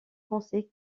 foncées